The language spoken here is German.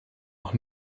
noch